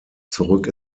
zurück